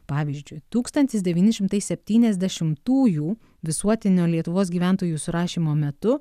pavyzdžiui tūkstantis devyni šimtai septyniasdešimtųjų visuotinio lietuvos gyventojų surašymo metu